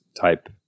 type